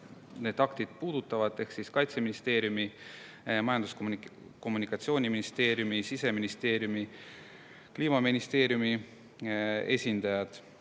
need aktid puudutavad, ehk Kaitseministeeriumi, Majandus‑ ja Kommunikatsiooniministeeriumi, Siseministeeriumi ja Kliimaministeeriumi esindajad.